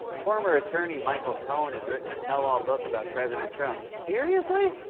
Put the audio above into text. former attorney michael cohen has written a tell-all book about president trump. seriously?